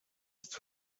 ist